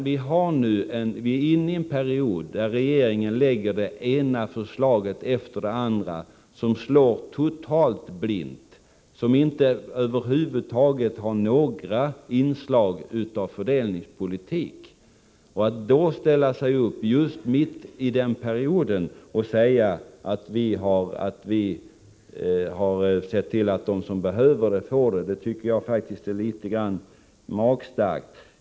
Vi är nu inne i en period där regeringen lägger fram det ena förslaget efter det andra som slår totalt blint, som inte över huvud taget har några inslag av fördelningspolitik. Att då ställa sig upp, mitt i denna period, och säga att man har sett till, att de som behöver skattelättnader har fått det, tycker jag faktiskt är litet magstarkt.